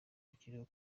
akiriho